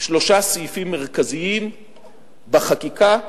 שלושה סעיפים מרכזיים בחקיקה ובמיסוי.